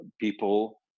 people